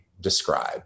describe